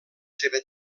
seva